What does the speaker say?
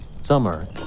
Summer